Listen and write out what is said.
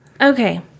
Okay